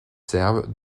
serbes